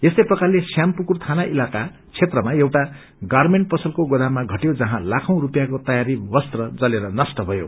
यस्तै प्रकारले श्याम पुकुर थाना इलाका क्षेत्रमा एउटा गारमेण्ट पसलको गोदामा घटयो जहाँ लाखौँ स्रपियाँको तैयारी वस्त्र जलेर नष्ट भयो